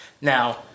Now